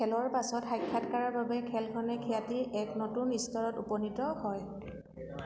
খেলৰ পাছৰ সাক্ষাৎকাৰৰ বাবে খেলখনে খ্যাতিৰ এক নতুন স্তৰত উপনীত হয়